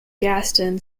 gaston